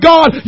God